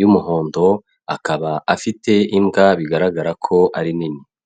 y'umuhondo, akaba afite imbwa bigaragara ko ari nini.